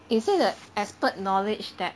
is it a expert knowledge that